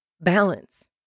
balance